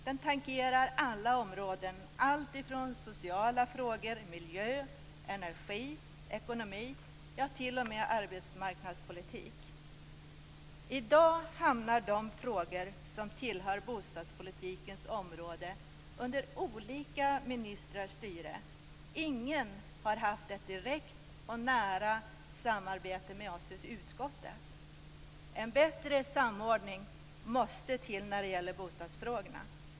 Den tangerar alla områden - sociala frågor, miljö, energi, ekonomi, ja, t.o.m. arbetsmarknadspolitik. I dag hamnar de frågor som tillhör bostadspolitikens område under olika ministrars styre. Ingen har haft ett direkt och nära samarbete med oss i utskottet. En bättre samordning måste till när det gäller bostadsfrågorna.